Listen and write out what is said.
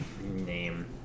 name